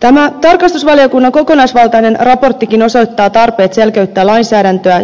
tämä tarkastusvaliokunnan kokonaisvaltainen raporttikin osoittaa tarpeet selkeyttää lainsäädäntöä